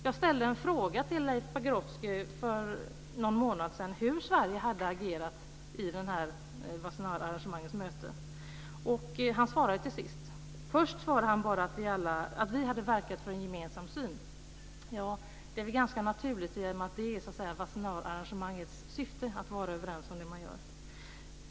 Jag ställde en fråga till Leif Pagrotsky för någon månad sedan om hur Sverige hade agerat vid Wassenaararrangemangets möte, och han svarade till sist. Först svarade han bara att vi hade verkat för en gemensam syn. Ja, det är ganska naturligt, eftersom det är Wassenaararrangemangets syfte att vara överens om det man gör.